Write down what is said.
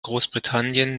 großbritannien